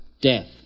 Death